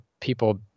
people